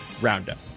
Roundup